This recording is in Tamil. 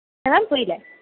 என்ன மேம் புரியலை